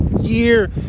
year